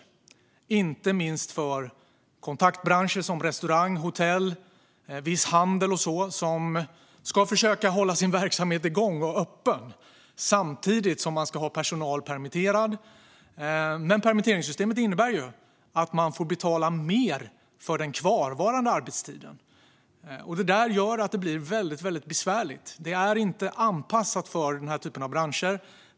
Det gäller inte minst för kontaktbranscher som restaurang, hotell och viss handel, som ska försöka hålla sin verksamhet igång och öppen samtidigt som personalen hålls permitterad. Men permitteringssystemet innebär att man får betala mer för den kvarvarande arbetstiden. Detta gör det hela väldigt besvärligt. Det är inte anpassat för branscher som dessa.